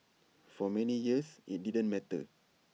for many years IT didn't matter